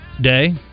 day